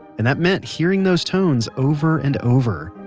and that meant hearing those tones over and over.